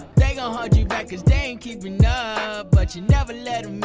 they gon' hold you back cause they ain't keepin up but you never